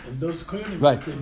Right